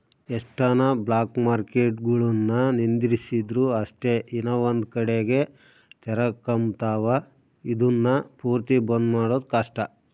ಎಷ್ಟನ ಬ್ಲಾಕ್ಮಾರ್ಕೆಟ್ಗುಳುನ್ನ ನಿಂದಿರ್ಸಿದ್ರು ಅಷ್ಟೇ ಇನವಂದ್ ಕಡಿಗೆ ತೆರಕಂಬ್ತಾವ, ಇದುನ್ನ ಪೂರ್ತಿ ಬಂದ್ ಮಾಡೋದು ಕಷ್ಟ